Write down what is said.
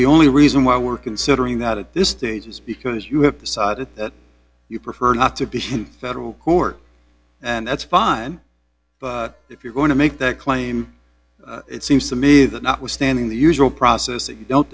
the only reason why we're considering that at this stage is because you have decided that you prefer not to be federal court and that's fine but if you're going to make that claim it seems to me that notwithstanding the usual process if you don't